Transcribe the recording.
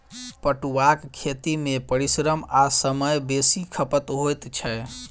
पटुआक खेती मे परिश्रम आ समय बेसी खपत होइत छै